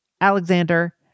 Alexander